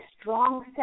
strong